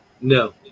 no